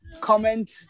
comment